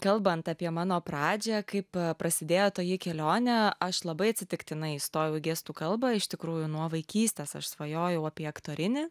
kalbant apie mano pradžią kaip prasidėjo toji kelionė aš labai atsitiktinai įstojau į gestų kalbą iš tikrųjų nuo vaikystės aš svajojau apie aktorinį